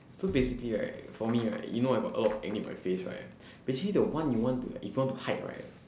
so basically right for me right you know I got a lot of acne on my face right basically the one you want to if you want to hide right